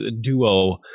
duo